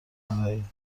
ندهی